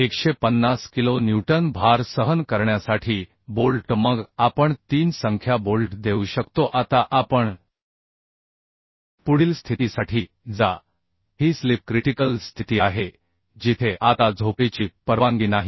150 kilo newton भार सहन करण्यासाठी बोल्ट मग आपण 3 संख्या बोल्ट देऊ शकतो आता आपण पुढील स्थितीसाठी जा ही स्लिप क्रिटिकल स्थिती आहे जिथे आता स्लिपची परवानगी नाही